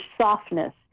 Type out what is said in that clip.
softness